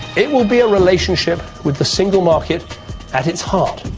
it will be a relationship with the single market at its heart.